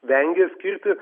vengia skirti